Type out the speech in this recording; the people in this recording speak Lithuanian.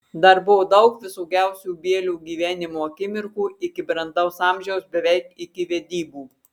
dar buvo daug visokiausių bielio gyvenimo akimirkų iki brandaus amžiaus beveik iki vedybų